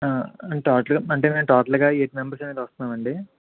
total అంటే మేం టోటల్గా ఎయిట్ మెంబర్స్ అనేది వస్తున్నాం అండి